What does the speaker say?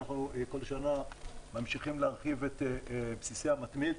כל שנה אנחנו ממשיכים להרחיב את בסיסי המתמיד,